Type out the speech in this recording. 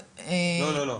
לא לא, לא